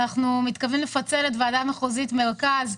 אנחנו מתכוונים לפצל את ועדה מחוזית מרכז,